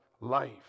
life